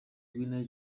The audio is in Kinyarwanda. guinea